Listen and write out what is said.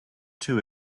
too